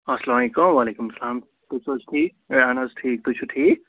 اَسلامُ علیکُم وعلیکُم سلام تُہۍ چھُو حظ ٹھیٖک اہَن حظ ٹھیٖک تُہۍ چھُو ٹھیٖک